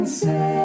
say